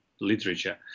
literature